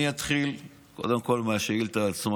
אני אתחיל קודם כול מהשאילתה עצמה.